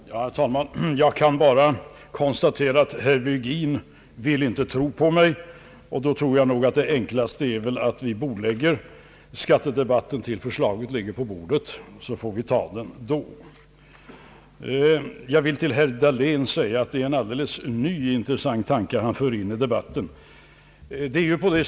Herr talman! Jag kan bara konstatera att herr Virgin inte vill tro på mig, och då anser jag det nog enklast att vi bordlägger skattedebatten tills propositionen ligger på bordet. Herr Dahlén för in en alldeles ny och intressant tanke i debatten.